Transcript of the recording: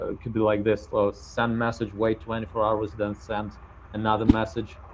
it could be like this flow, send message, wait twenty four hours, then send another message.